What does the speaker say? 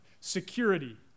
Security